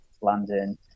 London